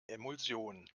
emulsion